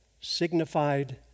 signified